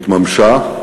התממשה,